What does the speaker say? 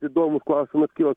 įdomus klausimas kyla